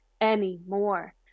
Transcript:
anymore